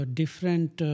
different